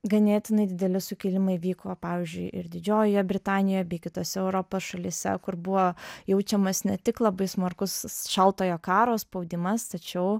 ganėtinai dideli sukilimai vyko pavyzdžiui ir didžiojoje britanijoje bei kitose europos šalyse kur buvo jaučiamas ne tik labai smarkus šaltojo karo spaudimas tačiau